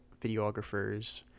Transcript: videographers